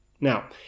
Now